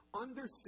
understood